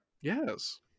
yes